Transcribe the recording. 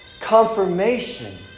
confirmation